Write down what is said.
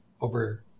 over